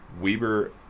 Weber